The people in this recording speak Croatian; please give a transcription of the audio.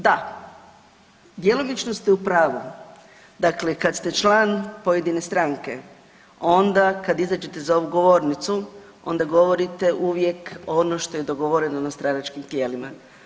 Da, djelomično ste u pravu, dakle kad ste član pojedine stranke onda kad izađete za ovu govornicu onda govorite uvijek ono što je dogovoreno na stranačkim tijelima.